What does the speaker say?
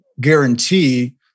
guarantee